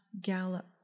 gallop